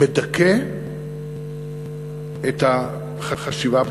מדכא את החשיבה הפתוחה.